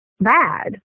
Bad